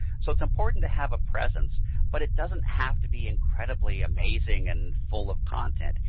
so it's important to have a presence but it doesn't have to be incredibly amazing and full of content.